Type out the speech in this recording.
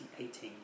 2018